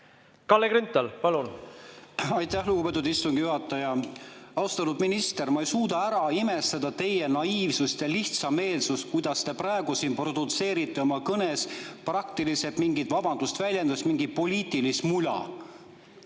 Kalle Grünthal, palun! Aitäh, lugupeetud istungi juhataja! Austatud minister! Ma ei suuda ära imestada teie naiivsust ja lihtsameelsust, kuidas te praegu siin produtseerite oma kõnes praktiliselt mingit – vabandust väljenduse eest! – poliitilist mula.